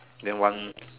then one